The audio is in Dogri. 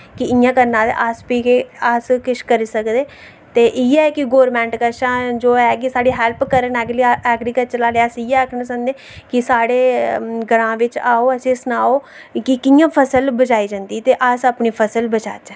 कि इयां करना फ्ही अस किश करी सकने ते बस इयै कि गोरमैंट कशा दा जो बी ऐ साढ़ी हैल्प करन ऐग्रीकल्चर आह्ले अस इयै आखने कि साढ़े ग्रांऽ बिच्च आओ असेंगी सनाओ कि कियां फसल बचाई जंदी ते अस अपनी फसल बचाचै